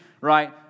right